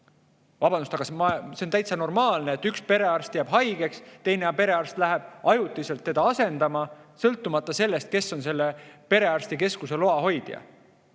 Vabandust, aga see on täitsa normaalne, et kui üks perearst jääb haigeks, siis teine perearst läheb ajutiselt teda asendama, sõltumata sellest, kes on selle perearstikeskuse loa hoidja.